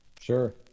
sure